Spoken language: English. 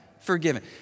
forgiven